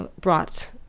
brought